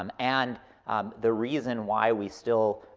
um and the reason why we still